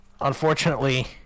unfortunately